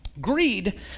Greed